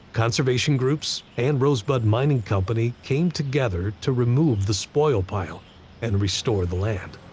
conservation groups, and rosebud mining company came together to remove the spoil pile and restore the land.